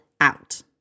out